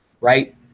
right